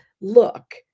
look